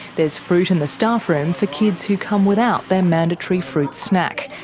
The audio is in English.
there's fruit in the staffroom for kids who come without their mandatory fruit snack,